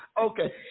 Okay